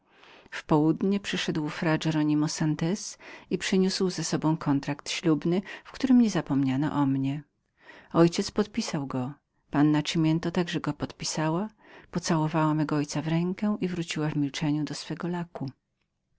w południe przyszedł fra hieronimo santez i przyniósł z sobą kontrakt ślubny w którym niezapomniano o mnie mój ojciec podpisał go panna cimiento także go podpisała pocałowała mego ojca w rękę i wróciła w milczeniu do swego laku